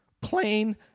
Plain